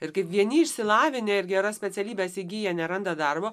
ir kaip vieni išsilavinę ir geras specialybes įgiję neranda darbo